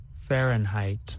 Fahrenheit